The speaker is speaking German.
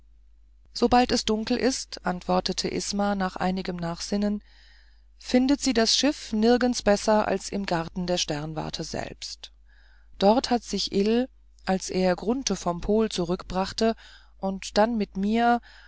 sobald es dunkel ist antwortete isma nach einigem nachsinnen findet sie das schiff nirgends besser als im garten der sternwarte selbst dort hat sich ill als er grunthe vom pol zurückbrachte und dann mit mir